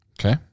Okay